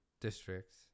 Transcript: districts